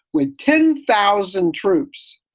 with ten thousand troops.